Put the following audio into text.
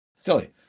silly